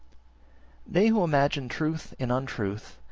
they who imagine truth in untruth,